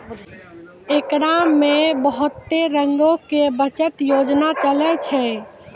एकरा मे बहुते रंगो के बचत योजना चलै छै